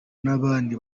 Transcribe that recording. n’abandi